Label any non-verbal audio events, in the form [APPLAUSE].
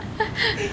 [LAUGHS]